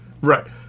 Right